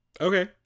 Okay